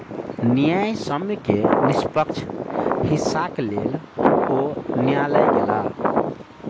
न्यायसम्य के निष्पक्ष हिस्साक लेल ओ न्यायलय गेला